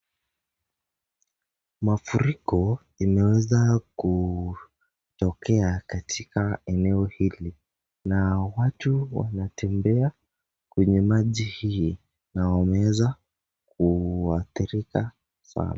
Mafuriko imeweza kutokea katika eneo hili watu wanatembea kwenye maji hii na wameweza kuathirika sana.